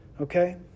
Okay